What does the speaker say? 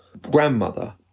grandmother